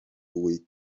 fwy